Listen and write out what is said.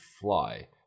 fly